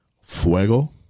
Fuego